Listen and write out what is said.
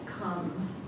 come